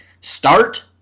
Start